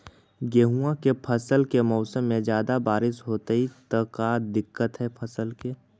गेहुआ के फसल के मौसम में ज्यादा बारिश होतई त का दिक्कत हैं फसल के?